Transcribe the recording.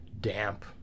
damp